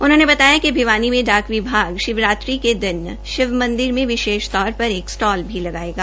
उन्होंने बताया कि भिवानी में डाक विभाग शिवरात्रि के दिन शिव मंदिर में विशेष तौर एक स्टाल भी लगायेगा